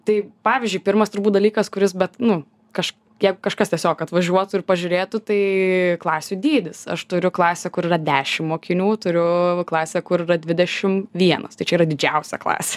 tai pavyzdžiui pirmas turbūt dalykas kuris bet nu kaž jeigu kažkas tiesiog atvažiuotų ir pažiūrėtų tai klasių dydis aš turiu klasę kur yra dešim mokinių turiu klasę kur yra dvidešim vienas tai čia yra didžiausia klasė